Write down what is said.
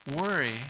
worry